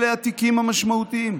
אלה התיקים המשמעותיים.